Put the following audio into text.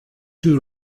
two